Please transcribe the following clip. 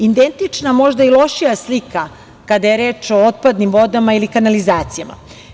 Identična, možda i lošija slika je kada je reč o otpadnim vodama ili kanalizacijama.